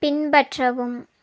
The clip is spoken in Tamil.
பின்பற்றவும்